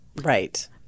Right